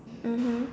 mmhmm